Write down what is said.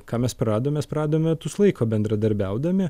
ką mes praradom mes praradom metus laiko bendradarbiaudami